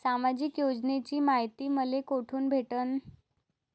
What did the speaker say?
सामाजिक योजनेची मायती मले कोठून भेटनं?